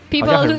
People